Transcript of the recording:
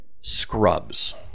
Scrubs